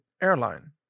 airline